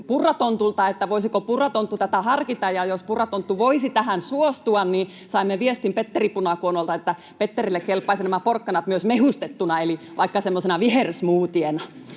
että voisiko Purra-tonttu tätä harkita? Jos Purra-tonttu voisi tähän suostua, niin saimme viestin Petteri Punakuonolta, että Petterille kelpaisivat nämä porkkanat myös mehustettuna eli vaikka semmoisena vihersmoothiena.